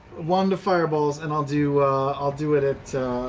wand of fireballs, and i'll do i'll do it it